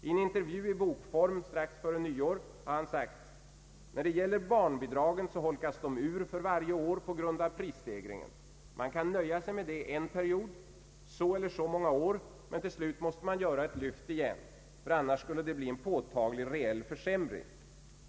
I en intervju i bokform strax före nyår framhöll finansministern : ”När det gäller barnbidragen så holkas de ur för varje år på grund av prisstegringen. Man kan nöja sig med det en period, så eller så många år, men till slut måste man göra ett lyft igen för annars skulle det bli en påtaglig reell försämring.